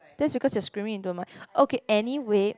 just because you're screaming into the mic okay anyway